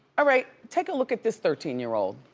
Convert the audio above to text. ah right, take a look at this thirteen year old,